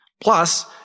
Plus